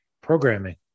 Programming